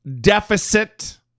deficit